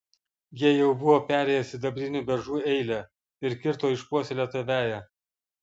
jie jau buvo perėję sidabrinių beržų eilę ir kirto išpuoselėtą veją